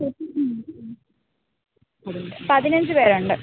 പതിനഞ്ച് പേരുണ്ട്